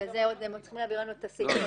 בגלל זה הם עוד צריכים להביא לנו את ------ אותן